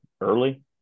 early